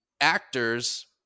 actors